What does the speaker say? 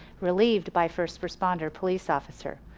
relieved by first responder police officer.